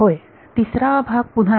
होय तिसरा भाग पुन्हा